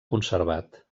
conservat